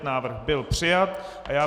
Návrh byl přijat.